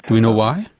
do you know why?